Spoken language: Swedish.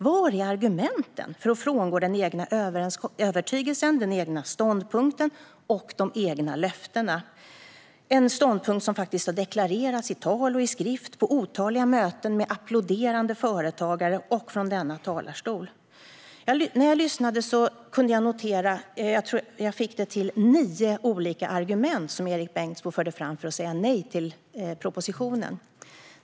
Var är argumenten för att frångå den egna övertygelsen, den egna ståndpunkten och de egna löftena? Det är en ståndpunkt som faktiskt har deklarerats i tal och skrift på otaliga möten med applåderande företagare och från denna talarstol. När jag lyssnade kunde jag notera nio olika argument, fick jag det till, som Erik Bengtzboe förde fram för att säga nej till propositionen.